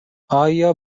آیا